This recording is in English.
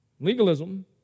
Legalism